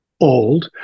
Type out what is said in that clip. old